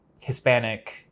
Hispanic